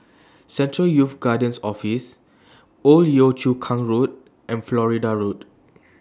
Central Youth Guidance Office Old Yio Chu Kang Road and Florida Road